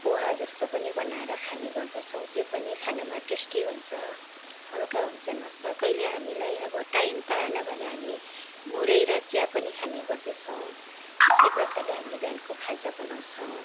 पोहा जस्तो पनि बनाएर खाने गर्दछौँ त्यो पनि खानुमा टेस्टी हुन्छ हल्का हुन्छ नास्ता कहिले हामीलाई अब टाइम पाएन भने हामी मुरै र चिया पनि खाने गर्दछौँ यसै प्रकारले हामी बिहानको खाजा बनाउँछौँ